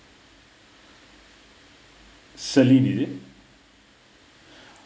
celine